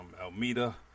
Almeida